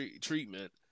treatment